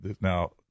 now